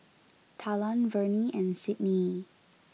Talan Vernie and Sydnee